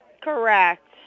Correct